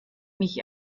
mich